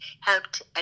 helped